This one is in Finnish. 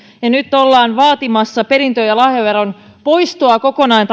ja nyt ollaan kannattamassa perintö ja lahjaveron poistoa kokonaan